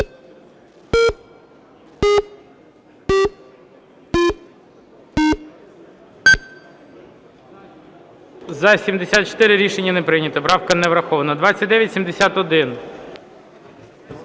За-74 Рішення не прийнято. Правка не врахована. 2971.